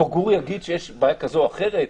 גור יגיד שיש בעיה כזאת או אחרת,